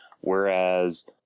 Whereas